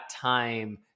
time